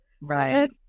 Right